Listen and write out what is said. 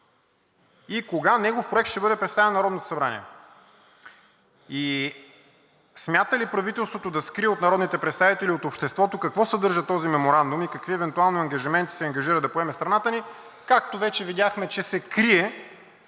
и кога негов проект ще бъде представен на Народното събрание, смята ли правителството да скрие от народните представители и обществото какво съдържа този меморандум и евентуално какви ангажименти се ангажира да поеме страната ни, както вече видяхме, че се крие